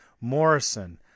Morrison